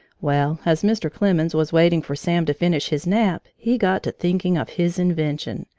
well, as mr. clemens was waiting for sam to finish his nap, he got to thinking of his invention,